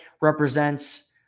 represents